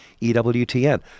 EWTN